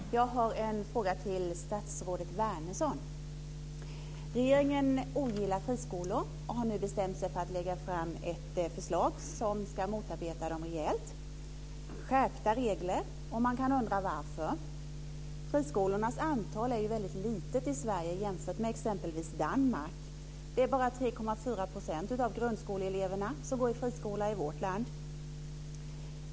Fru talman! Jag har en fråga till statsrådet Wärnersson. Regeringen ogillar friskolor och har nu bestämt sig för att lägga fram ett förslag som ska motarbeta dessa rejält. Det ska bli skärpta regler. Man kan undra varför. Friskolornas antal är ju väldigt litet i Sverige om man jämför med exempelvis Danmark. Det är bara 3,4 % av grundskoleeleverna som går i friskola i vårt land.